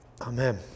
Amen